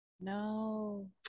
No